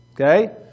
okay